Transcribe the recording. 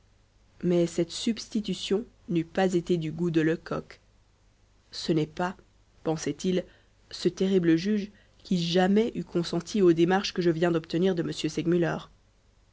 mais cette substitution n'eût pas été du goût de lecoq ce n'est pas pensait-il ce terrible juge qui jamais eût consenti aux démarches que je viens d'obtenir de m segmuller